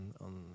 on